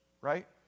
right